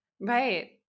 Right